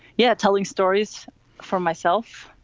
yeah, telling stories for myself.